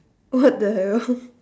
what the hell